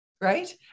Right